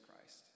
christ